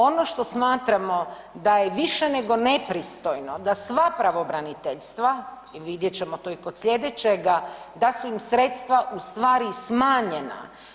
Ono što smatramo da je više nego nepristojno da sva pravobraniteljstva, vidjet ćemo to i kod sljedećega, da su im sredstva ustvari smanjena.